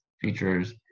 features